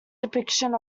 depiction